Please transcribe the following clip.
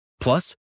Plus